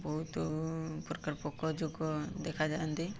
ବହୁତ ପ୍ରକାର ପୋକ ଜୋକ ଦେଖାଯାଆନ୍ତି